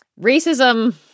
racism